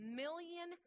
million